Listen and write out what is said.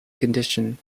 condition